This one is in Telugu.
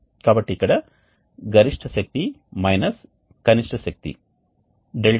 కాబట్టి ఇక్కడ గరిష్ఠ శక్తి మైనస్ కనిష్ట శక్తి 𝛿H